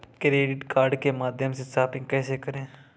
Credit card के माध्यम से शॉपिंग कैसे करें?